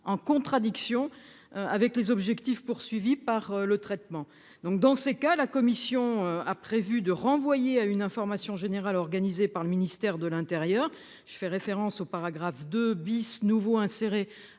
en contradiction. Avec les objectifs poursuivis par le traitement donc dans ces cas, la Commission a prévu de renvoyer à une information générale organisée par le ministère de l'Intérieur. Je fais référence au paragraphe 2 bis nouveau inséré